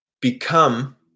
become